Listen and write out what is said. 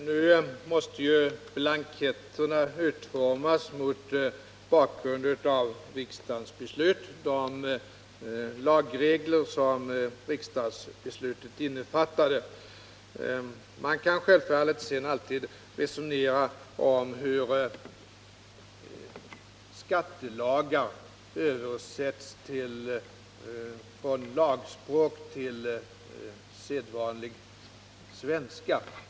Herr talman! Blanketterna måste utformas mot bakgrund av de lagregler som riksdagsbeslutet innefattade. Man kan självfallet alltid resonera om hur skattelagar överförs från lagspråk till sedvanlig svenska.